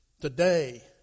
today